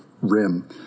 rim